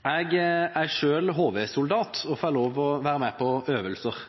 Jeg er selv HV-soldat og får lov til å være med på øvelser.